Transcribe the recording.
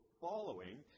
Following